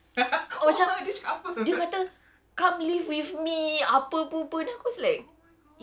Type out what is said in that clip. macam dia kata come live with me apa apa apa then aku was like